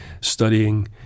studying